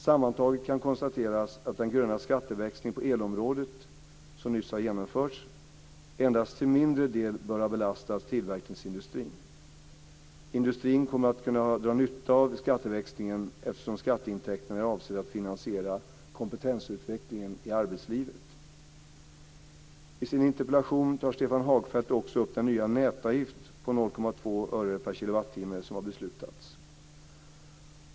Sammantaget kan konstateras att den gröna skatteväxling på elområdet, som nyss har genomförts, endast till mindre del bör ha belastat tillverkningsindustrin. Industrin kommer att kunna dra nytta av skatteväxlingen eftersom skatteintäkterna är avsedda att finansiera kompetensutvecklingen i arbetslivet. I sin interpellation tar Stefan Hagfeldt också upp den nya nätavgift på 0,2 öre per kilowattimme som har beslutats.